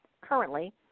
currently